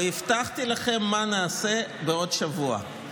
והבטחתי לכם מה נעשה בעוד שבוע.